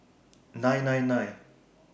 nine nine nine